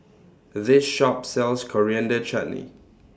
This Shop sells Coriander Chutney